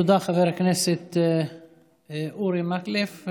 תודה חבר הכנסת אורי מקלב.